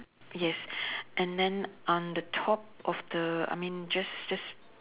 yes and then on the top of the I mean just just